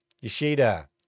Yoshida